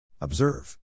Observe